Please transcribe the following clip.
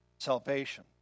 salvation